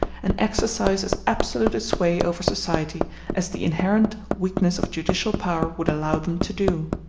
and exercise as absolute a sway over society as the inherent weakness of judicial power would allow them to do.